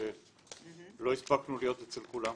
מצטער שלא הספקנו להיות אצל כולם.